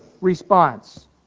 response